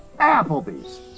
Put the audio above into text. Applebee's